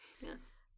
Yes